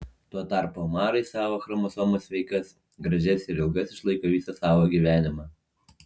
tuo tarpu omarai savo chromosomas sveikas gražias ir ilgas išlaiko visą savo gyvenimą